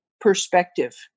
perspective